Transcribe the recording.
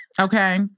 Okay